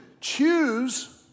choose